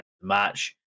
match